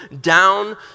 down